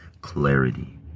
clarity